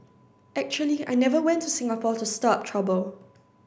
actually I never went to Singapore to stir up trouble